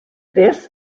this